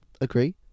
Agree